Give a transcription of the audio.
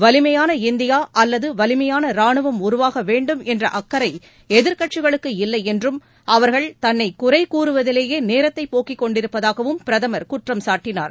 வலிமையான இந்தியா அல்லது வலிமையான ராணுவம் உருவாக வேண்டும் என்ற அக்கறை எதிர்கட்சிகளுக்கு இல்லை என்றும் அவர்கள் தன்னை குறைக் கூறுவதிலேயே நேரத்தை போக்கிக் கொண்டிருப்பதாகவும் பிரதமர் குற்றம்சாட்டினார்